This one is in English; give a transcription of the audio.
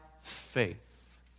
faith